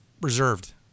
reserved